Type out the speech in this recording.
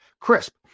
crisp